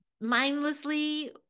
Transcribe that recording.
mindlessly